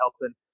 helping